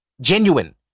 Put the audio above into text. Genuine